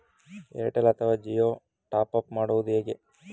Airtel ಅಥವಾ ಜಿಯೊ ಗೆ top up ಮಾಡುವುದು ಹೇಗೆ?